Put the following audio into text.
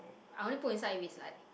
I only put inside if it's like